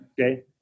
Okay